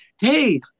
hey